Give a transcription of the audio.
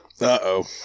Uh-oh